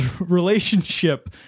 relationship